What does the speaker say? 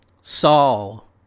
Saul